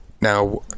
Now